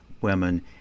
women